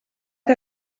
que